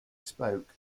spoke